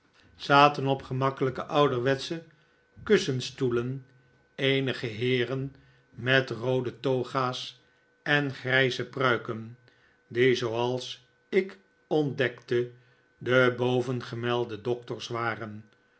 zaten op gemakkelijke ouderwetsche kussenstoelen eenige heeren met roode toga's en grijze pruiken die zooals ik ontdekte de bovengemelde doctors waren